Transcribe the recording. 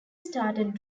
started